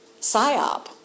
PSYOP